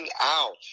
out